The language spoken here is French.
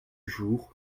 jour